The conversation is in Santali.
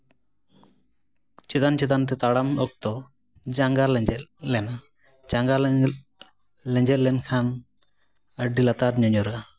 ᱪᱮᱛᱟᱱ ᱪᱮᱛᱟᱱ ᱛᱮ ᱛᱟᱲᱟᱢ ᱚᱠᱛᱚ ᱡᱟᱸᱜᱟ ᱞᱮᱸᱡᱮᱫ ᱞᱮᱱᱟ ᱡᱟᱸᱜᱟ ᱞᱮᱸᱡᱮᱫ ᱞᱮᱱᱠᱷᱟᱱ ᱟᱹᱰᱤ ᱞᱟᱛᱟᱨ ᱧᱩᱧᱩᱨᱟ